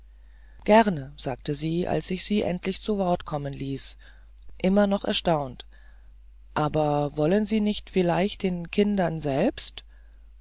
gerne sagte sie als ich sie endlich zu worte kommen ließ immer noch erstaunt aber wollen sie nicht vielleicht den kindern selbst